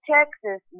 Texas